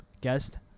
guest